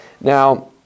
Now